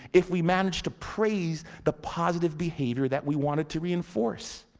if we manage to praise the positive behaviour that we wanted to reinforce.